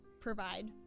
provide